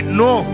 no